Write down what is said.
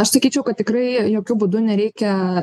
aš sakyčiau kad tikrai jokiu būdu nereikia